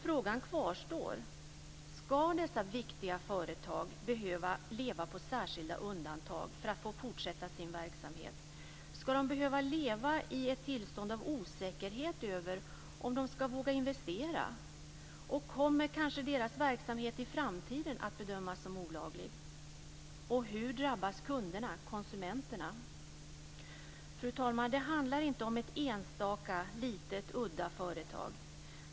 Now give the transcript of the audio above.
Frågan kvarstår: Skall dessa viktiga företag behöva leva på särskilda undantag för att få fortsätta sin verksamhet? Skall de behöva leva i ett tillstånd av osäkerhet över om de skall våga investera, och kommer kanske deras verksamhet i framtiden att bedömas som olaglig? Och hur drabbas kunderna/konsumenterna? Fru talman! Det handlar inte om ett enstaka litet, udda företag.